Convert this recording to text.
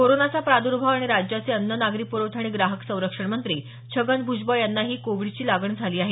कोरोनाचा प्रादुर्भाव आणि राज्याचे अन्न नागरी पुरवठा आणि ग्राहक संरक्षण मंत्री छगन भूजबळ यांनाही कोविडची लागण झाली आहे